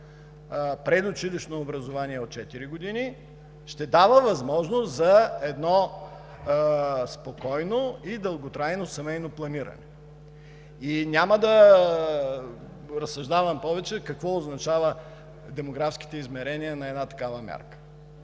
предучилищно образование от четири години ще дава възможност за спокойно и дълготрайно семейно планиране. Няма да разсъждавам повече какво означават демографските измерения на една такава мярка.